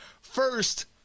first